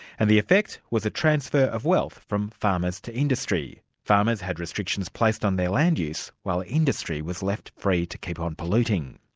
and the effect was a transfer of wealth from farmers to industry. farmers had restrictions placed on their land use, while industry was left free to keep on polluting.